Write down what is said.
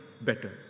better